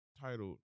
titled